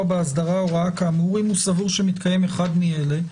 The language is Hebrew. באסדרה הוראה כאמור אם הוא סבור שמתקיים אחד מאלה",